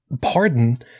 pardon